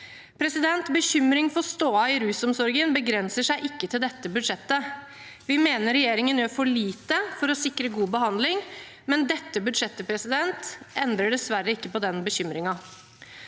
avgjørende. Bekymringen for stoda i rusomsorgen begrenser seg ikke til dette budsjettet. Vi mener regjeringen gjør for lite for å sikre god behandling, men dette budsjettet endrer dessverre ikke på den bekymringen.